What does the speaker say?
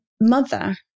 mother